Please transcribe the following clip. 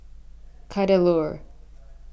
Kadaloor